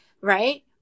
right